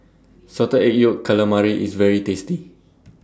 Salted Egg Yolk Calamari IS very tasty